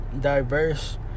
diverse